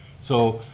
so,